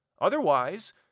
Otherwise